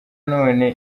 none